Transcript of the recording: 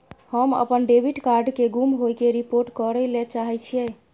हम अपन debit card के गुम होय के रिपोर्ट करय ले चाहय छियै